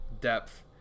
depth